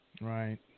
Right